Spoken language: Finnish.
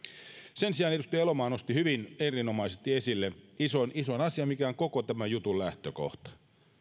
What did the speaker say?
sen sijaan edustaja elomaa nosti hyvin erinomaisesti esille ison ison asian mikä on koko tämän jutun lähtökohta